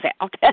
out